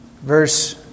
verse